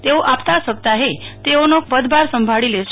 તેઓ આવતા સપ્તાહે તેઓનો પદભાર સંભાળી લેશે